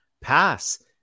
pass